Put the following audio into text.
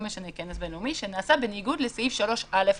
משנה כנס בין-לאומי שנעשה בניגוד לסעיף 3א לצו.